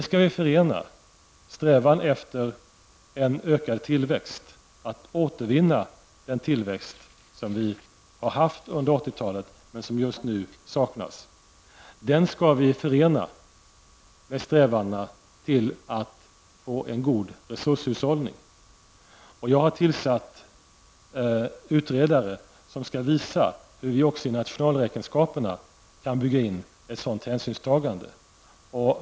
Vi skall förena strävan efter en ökad tillväxt, efter att återvinna den tillväxt som vi har haft under 80-talet, men som just nu saknas, med strävan att få en god resurshushållning. Jag har tillsatt utredare som skall visa hur vi även i nationalräkenskaperna skall kunna bygga in ett sådant hänsynstagande.